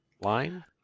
line